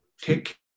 take